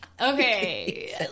Okay